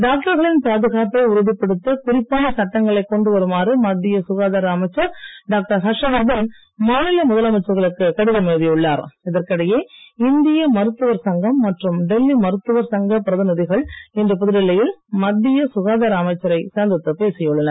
டாக்டர்களின் பாதுகாப்பை உறுதிப்படுத்த குறிப்பான சட்டங்களைக் கொண்டு வருமாறு மத்திய சுகாதார அமைச்சர் டாக்டர் ஹர்ஷவர்தன் மாநில முதலமைச்சர்களுக்கு கடிதம் எழுதியுள்ளார் இதற்கிடையே இந்திய மருத்துவர் சங்கம் மற்றும் டெல்லி மருத்துவர் சங்கப் பிரதிநிதிகள் இன்று புதுடில்லியில் மத்திய சுகாதார அமைச்சரை சந்தித்துப் பேசியுள்ளனர்